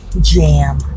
jam